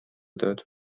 tööd